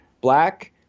black